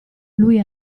lui